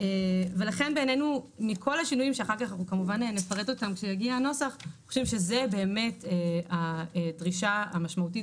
מכל השינויים אנחנו חושבים שזו הדרישה המשמעותית